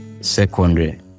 secondary